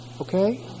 Okay